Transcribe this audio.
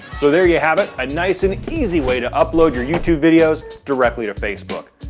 so there you have it, a nice and easy way to upload your youtube videos directly to facebook.